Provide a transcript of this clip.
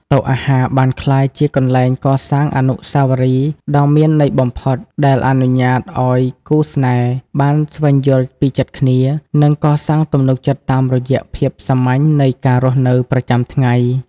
តុអាហារបានក្លាយជាកន្លែងកសាងអនុស្សាវរីយ៍ដ៏មានន័យបំផុត ដែលអនុញ្ញាតឱ្យគូស្នេហ៍បានស្វែងយល់ពីចិត្តគ្នា និងកសាងទំនុកចិត្តតាមរយៈភាពសាមញ្ញនៃការរស់នៅប្រចាំថ្ងៃ។